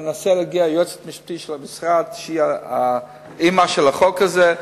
היועצת המשפטית של המשרד, שהיא האמא של החוק הזה,